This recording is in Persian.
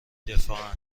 دفاعن